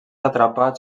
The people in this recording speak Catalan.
atrapat